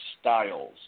Styles